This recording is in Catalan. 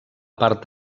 part